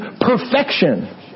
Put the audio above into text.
perfection